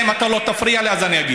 אם אתה לא תפריע לי אני אגיע.